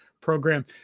program